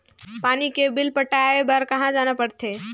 पानी के बिल पटाय बार कहा जाना पड़थे?